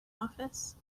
office